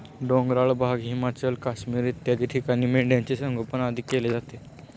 डोंगराळ भाग, हिमाचल, काश्मीर इत्यादी ठिकाणी मेंढ्यांचे संगोपन अधिक केले जाते